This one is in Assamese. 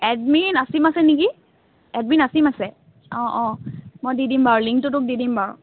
এডমিন আছিম আছে নেকি এডমিন নাছিম আছে অঁ অঁ মই দি দিম বাৰু লিংকটো তোক দি দিম বাৰু